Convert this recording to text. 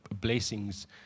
blessings